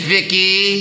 Vicky